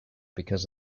because